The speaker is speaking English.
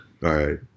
right